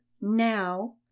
now